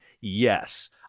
yes